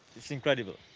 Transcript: it's incredible,